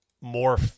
more